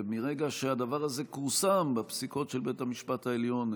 ומרגע שהדבר הזה כורסם בפסיקות של בית המשפט העליון,